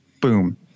boom